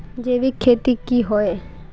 जैविक खेती की होय?